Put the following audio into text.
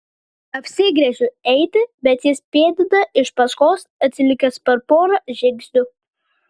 apsigręžiu eiti bet jis pėdina iš paskos atsilikęs per porą žingsnių